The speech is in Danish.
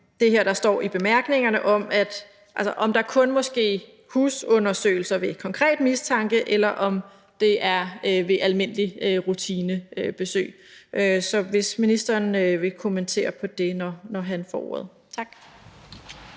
mig, hvad der står her i bemærkningerne, nemlig om der kun må ske husundersøgelse ved konkret mistanke, eller om det må ske ved almindelige rutinebesøg. Så det kan være, at ministeren lige vil kommentere på det, når han får ordet. Tak.